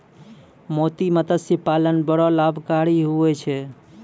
मोती मतस्य पालन बड़ो लाभकारी हुवै छै